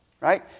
Right